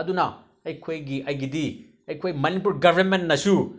ꯑꯗꯨꯅ ꯑꯩꯈꯣꯏꯒꯤ ꯑꯩꯒꯤꯗꯤ ꯑꯩꯈꯣꯏ ꯃꯅꯤꯄꯨꯔ ꯒꯕꯔꯃꯦꯟꯅꯁꯨ